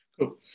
Cool